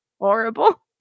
Horrible